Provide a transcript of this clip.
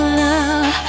love